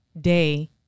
day